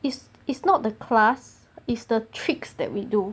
it's it's not the class is the tricks that we do